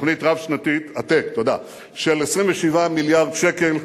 תוכנית רב-שנתית של 27 מיליארד שקל.